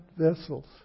vessels